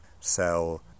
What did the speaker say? sell